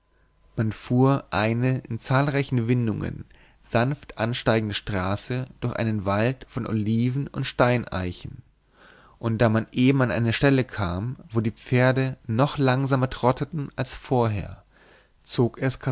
man fuhr eine in zahlreichen windungen sanft ansteigende straße durch einen wald von oliven und steineichen und da man eben an eine stelle kam wo die pferde noch langsamer trotteten als vorher zog